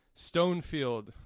Stonefield